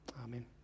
Amen